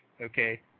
Okay